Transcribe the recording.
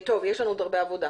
יש לנו עוד הרבה עבודה.